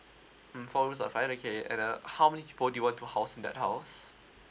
mm four rooms or five okay and uh how many people do you want to house in that house